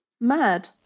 mad